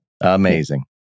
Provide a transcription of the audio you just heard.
Amazing